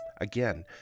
Again